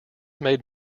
made